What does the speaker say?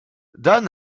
dan